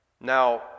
Now